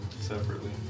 separately